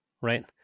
right